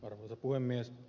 arvoisa puhemies